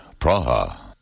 Praha